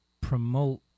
promote